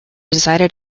decided